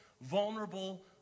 vulnerable